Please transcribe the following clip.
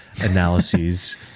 analyses